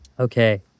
Okay